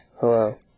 Hello